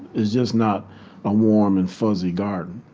it's just not a warm and fuzzy garden,